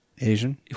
Asian